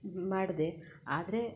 ಮಾಡಿದೆ ಆದರೆ